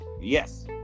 Yes